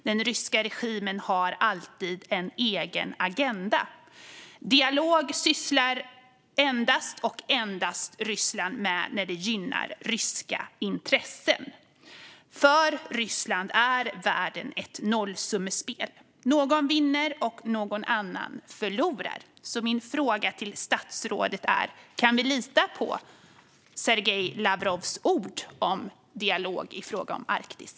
Den ryska regimen har alltid en egen agenda. Dialog sysslar Ryssland med endast när det gynnar ryska intressen. För Ryssland är världen ett nollsummespel - någon vinner och någon annan förlorar. Min fråga till statsrådet är: Kan vi lita på Sergej Lavrovs ord om dialog i fråga om Arktis?